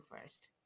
first